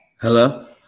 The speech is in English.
Hello